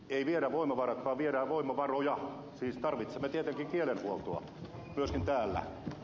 ei viedä voimavarat vaan viedään voimavaroja siis tarvitsemme tietenkin kielenhuoltoa myöskin täällä